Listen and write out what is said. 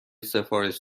سفارش